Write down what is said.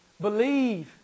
Believe